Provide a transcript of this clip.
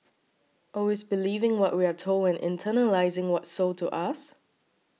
always believing what we are told and internalising what's sold to us